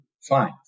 Fine